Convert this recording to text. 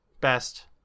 best